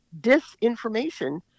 disinformation